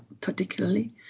particularly